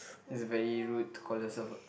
it's very rude to call yourself a